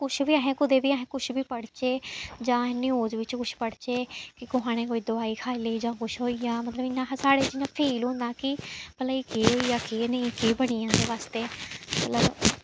कुछ बी अस कुदै बी अस कुछ बी पढ़चै जां अस न्यूज बिच्च कुछ पढ़चै कि कुसै ने कोई दोआई खाई लेई जां कुछ होई गेआ मतलब इ'यां अस साढ़े च इ'यां फील होंदा कि भला एह् केह् होई गेआ केह् नेईं केह् बनी गेआ एह्दे बास्तै भला